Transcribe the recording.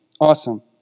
Awesome